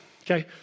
Okay